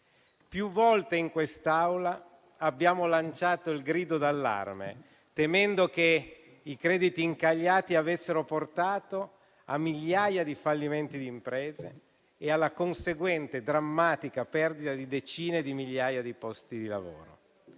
Più volte in quest'Aula abbiamo lanciato il grido d'allarme, temendo che i crediti incagliati avessero portato a migliaia di fallimenti di imprese e alla conseguente drammatica perdita di decine di migliaia di posti di lavoro.